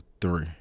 three